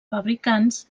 fabricants